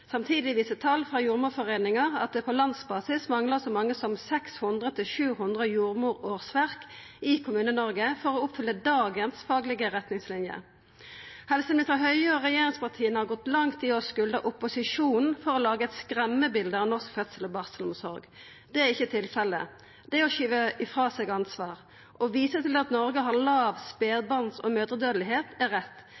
Samtidig viser tal frå Jordmorforeningen at det på landsbasis manglar så mange som 600–700 jordmorårsverk i Kommune-Noreg for å oppfylla dagens faglege retningslinje. Helseminister Høie og regjeringspartia har gått langt i å skulda opposisjonen for å laga eit skremmebilde av norsk fødsel- og barselomsorg. Det er ikkje tilfellet. Det er å skuva frå seg ansvar. Å visa til at Noreg har